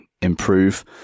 improve